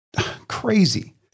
Crazy